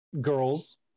girls